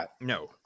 No